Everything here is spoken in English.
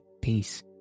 peace